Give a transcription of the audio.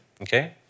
okay